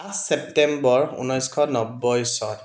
পাঁচ ছেপ্টেম্বৰ ঊনৈছশ নব্বৈ চন